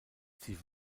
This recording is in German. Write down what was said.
sie